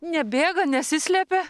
nebėga nesislepia